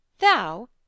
Thou